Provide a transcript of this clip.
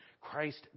Christ